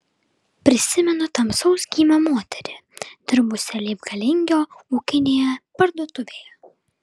prisimenu tamsaus gymio moterį dirbusią leipalingio ūkinėje parduotuvėje